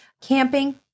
Camping